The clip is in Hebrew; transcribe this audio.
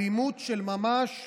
אלימות של ממש,